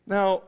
Now